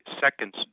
seconds